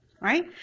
right